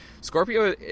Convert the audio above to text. scorpio